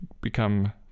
become